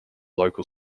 local